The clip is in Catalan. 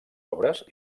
obres